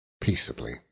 Peaceably